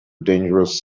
dangerous